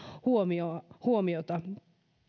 huomiota huomiota